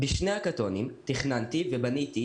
בשני --- תכננתי ובניתי,